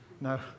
No